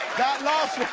that last